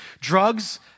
drugs